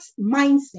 mindset